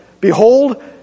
Behold